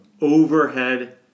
overhead